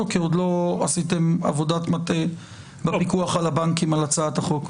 או כי עוד לא עשיתם עבודת מטה בפיקוח על הבנקים על הצעת החוק?